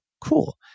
cool